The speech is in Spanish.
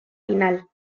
final